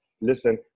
listen